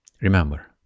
Remember